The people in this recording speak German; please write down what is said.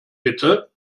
bitte